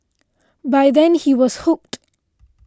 by then he was hooked